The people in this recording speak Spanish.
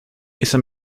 esa